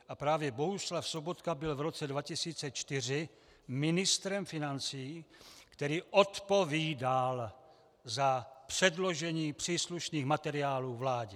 A právě Bohuslav Sobotka byl v roce 2004 ministrem financí, který odpovídal za předložení příslušných materiálů vládě.